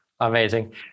Amazing